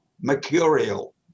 mercurial